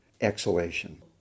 exhalation